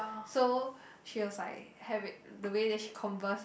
so she was like have it the way that she converse